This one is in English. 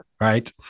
right